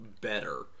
better